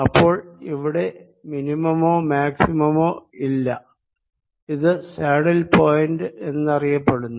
അപ്പോൾ ഇവിടെ മിനിമമോ മാക്സിമമോ ഇല്ല ഇത് സാഡിൽ പോയിന്റ് എന്നറിയപ്പെടുന്നു